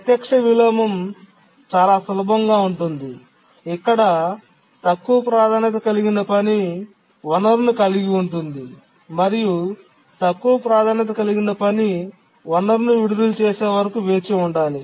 ప్రత్యక్ష విలోమం చాలా సులభం గా ఉంటుంది ఇక్కడ తక్కువ ప్రాధాన్యత కలిగిన పని వనరును కలిగి ఉంటుంది మరియు తక్కువ ప్రాధాన్యత కలిగిన పని వనరును విడుదల చేసే వరకు వేచి ఉండాలి